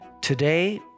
Today